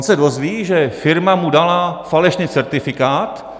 On se dozví, že firma mu dala falešný certifikát.